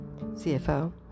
CFO